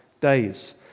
days